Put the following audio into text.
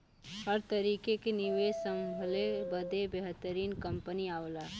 हर तरीके क निवेस संभले बदे बेहतरीन कंपनी आवला